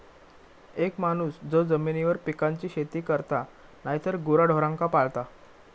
एक माणूस जो जमिनीवर पिकांची शेती करता नायतर गुराढोरांका पाळता